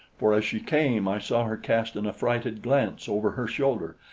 for as she came, i saw her cast an affrighted glance over her shoulder,